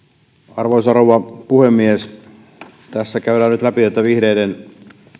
arvoisa rouva puhemies tässä käydään nyt läpi vihreiden